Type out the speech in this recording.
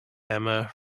emma